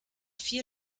vier